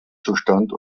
zustand